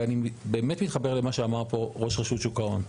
ואני באמת מתחבר למה שאמר פה ראש רשות שוק ההון.